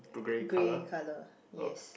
grey colour yes